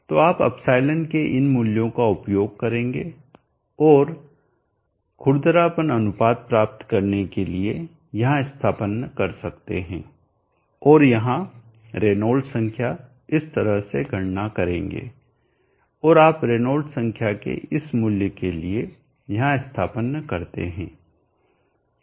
तो आप ε के इन मूल्यों का उपयोग करेंगे और खुरदरापन अनुपात प्राप्त करने के लिए यहाँ स्थानापन्न कर सकते हैं और यहाँ रेनॉल्ड्स संख्या इस तरह से गणना करेंगे और आप रेनॉल्ड्स संख्या के इस मूल्य के लिए यहाँ स्थानापन्न करते हैं